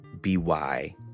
B-Y